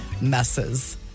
messes